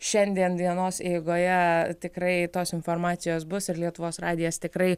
šiandien dienos eigoje tikrai tos informacijos bus ir lietuvos radijas tikrai